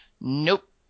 nope